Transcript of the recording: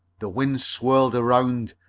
the wind swirled around,